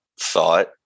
thought